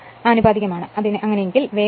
അതിനാൽ ആവശ്യമായ പ്രതിരോധം കണ്ടെത്തേണ്ടതുണ്ട്